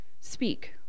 speak